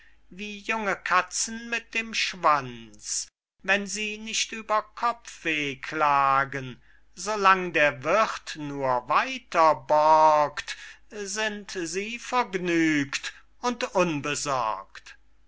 wie junge katzen mit dem schwanz wenn sie nicht über kopfweh klagen so lang der wirth nur weiter borgt sind sie vergnügt und unbesorgt